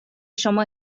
شما